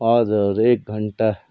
हजर हजर एक घन्टा